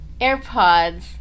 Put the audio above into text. AirPods